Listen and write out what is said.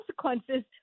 consequences